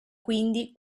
quindi